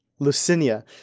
Lucinia